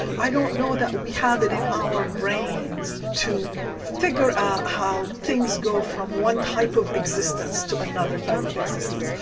i don't know that we have it in our brains to figure out how things go from one type of existence to another type of existence.